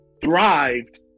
thrived